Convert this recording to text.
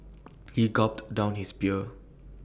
he gulped down his beer